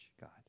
god